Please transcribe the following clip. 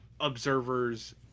observers